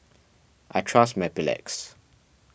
I trust Mepilex